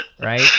right